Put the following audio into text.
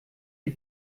die